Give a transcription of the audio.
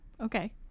Okay